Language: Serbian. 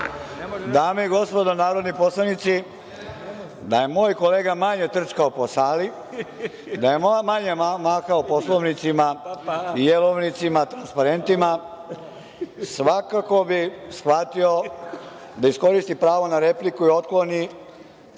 Dame i gospodo narodni poslanici, da je moj kolega manje trčkao po sali, da je manje mahao poslovnicima i jelovnicima i transparentima svakako bi shvatio da iskoristi pravo na repliku i otkloni